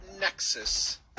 Nexus